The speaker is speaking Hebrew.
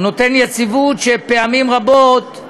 הוא נותן יציבות כי פעמים רבות,